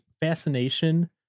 fascination